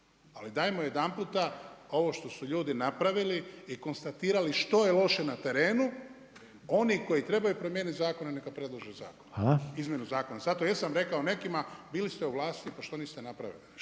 Ajmo dajmo jedanputa, ovo što su ljudi napravili i konstatirali što je loše na terenu, oni koji trebaju promijeniti zakone, neka predlaže zakon, izmjenu zakona. Zato jesam rekao nekima, bili ste u vlasti, pa što niste napravili nešto.